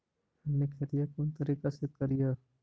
हमनी खेतीया कोन तरीका से करीय?